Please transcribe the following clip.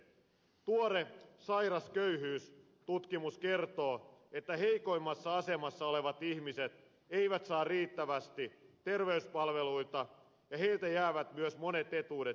tuore sairas köyhyys tutkimus kertoo että heikoimmassa asemassa olevat ihmiset eivät saa riittävästi terveyspalveluja ja heiltä jäävät myös monet etuudet saamatta